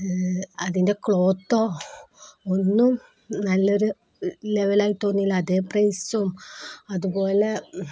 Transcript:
അതിൻ്റെ ക്ലോത്തോ ഒന്നും നല്ലൊരു ലെവലായി തോന്നിയില്ല അതേ പ്രൈസും അതുപോലെ